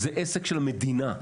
זה עסק של מדינה.